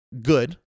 good